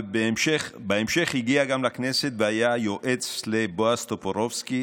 ובהמשך הגיע גם לכנסת והיה יועץ של בועז טופורובסקי.